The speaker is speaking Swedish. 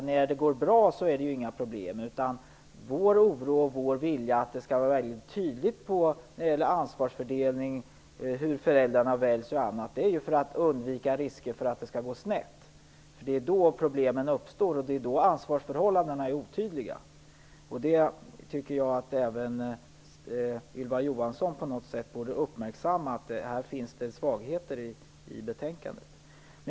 När det går bra är det ju inga problem. Vi känner dock oro och vill att det skall vara mycket tydligt när det gäller ansvarsfördelning, hur föräldrarna väljs osv. Det gäller att undvika att det går snett. Det är ju då som problem uppstår, och då är ansvarsförhållandena otydliga. Jag tycker att även Ylva Johansson på något sätt borde uppmärksamma att här finns det svagheter i betänkandet.